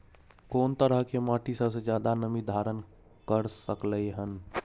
कोन तरह के माटी सबसे ज्यादा नमी धारण कर सकलय हन?